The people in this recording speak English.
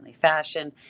fashion